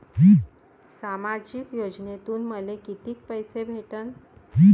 सामाजिक योजनेतून मले कितीक पैसे भेटन?